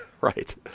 Right